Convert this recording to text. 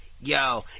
yo